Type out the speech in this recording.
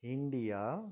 India